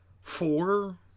four